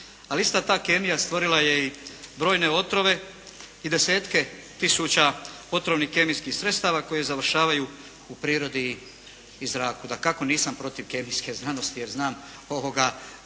isto ta kemija stvorila je i brojne otrove i desetke tisuća otrovnih kemijskih sredstava koje završavaju u prirodi i zraku. Dakako nisam protiv kemijske znanosti jer znam što